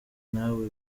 ntawe